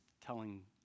telling